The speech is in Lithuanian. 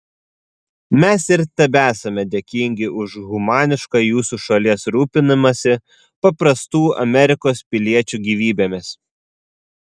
mes ir tebesame dėkingi už humanišką jūsų šalies rūpinimąsi paprastų amerikos piliečių gyvybėmis